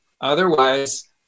Otherwise